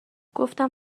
گفتم